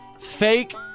fake